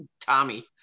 Tommy